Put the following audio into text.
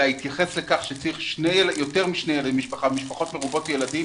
בהתייחס לכך שיש משפחות מרובות ילדים,